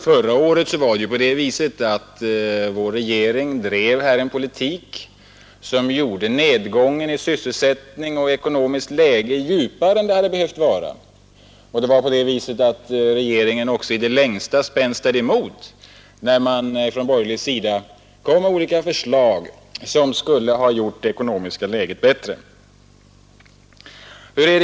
Förra året bedrev regeringen en politik som gjorde nedgången i sysselsättning och ekonomi djupare än den hade behövt vara. I det längsta spänstade regeringen emot förslag från borgerligt håll som skulle ha gjort det ekonomiska läget bättre.